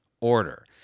order